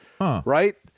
right